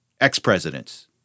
ex-presidents